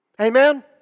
amen